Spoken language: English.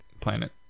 Planet